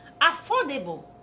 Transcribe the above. affordable